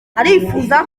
arifuza